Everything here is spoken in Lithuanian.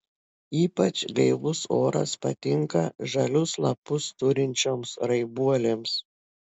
ypač gaivus oras patinka žalius lapus turinčioms raibuolėms